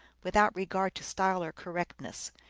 without regard to style or correctness.